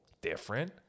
different